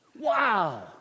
Wow